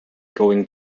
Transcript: going